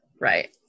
right